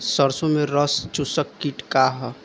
सरसो में रस चुसक किट का ह?